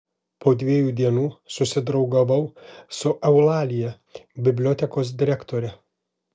po dviejų dienų susidraugavau su eulalija bibliotekos direktore